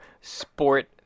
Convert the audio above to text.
sport